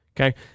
Okay